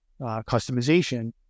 customization